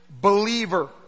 believer